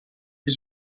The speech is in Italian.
gli